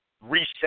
reset